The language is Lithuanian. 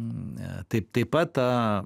taip taip pat tą